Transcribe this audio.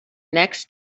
next